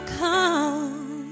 come